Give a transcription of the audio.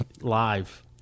live